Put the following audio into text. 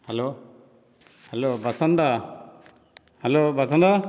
hello hello Basanta hello Basanta